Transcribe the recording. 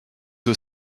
aux